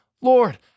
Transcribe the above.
Lord